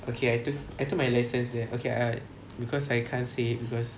okay I took I took my license there okay I I because I can't say it because